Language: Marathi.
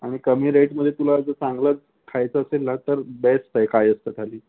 आणि कमी रेटमध्ये तुला जर चांगलं खायचं असेल ना तर बेस्ट आहे कायस्थ थाली